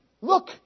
Look